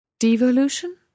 Devolution